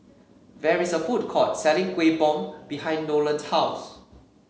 there is a food court selling Kuih Bom behind Nolen's house